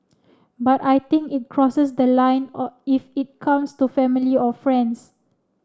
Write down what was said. but I think it crosses the line or it comes to family or friends